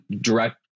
direct